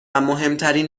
مهمترین